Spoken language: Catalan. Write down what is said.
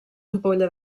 ampolla